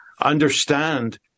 understand